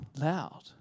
loud